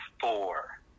four